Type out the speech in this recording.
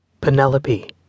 Penelope